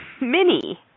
Mini